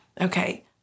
Okay